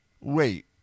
wait